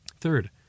Third